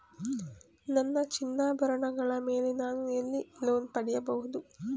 ನನ್ನ ಚಿನ್ನಾಭರಣಗಳ ಮೇಲೆ ನಾನು ಎಲ್ಲಿ ಲೋನ್ ಪಡೆಯಬಹುದು?